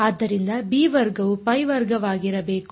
ಆದ್ದರಿಂದ ಬಿ ವರ್ಗವು ಪೈ ವರ್ಗವಾಗಿರಬೇಕು